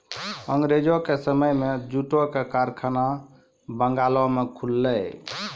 अंगरेजो के समय मे जूटो के कारखाना बंगालो मे खुललै